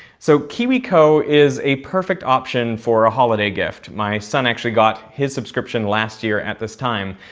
so, kiwico is a perfect option for a holiday gift. my son actually got his subscription last year at this time.